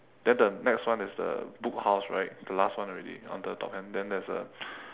then the next one is the book house right the last one already on the top hand then there's a